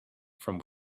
from